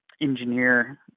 engineer